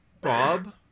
bob